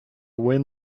win